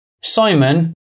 Simon